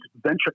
venture